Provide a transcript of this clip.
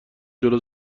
جلو